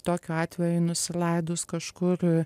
tokiu atveju nusileidus kažkur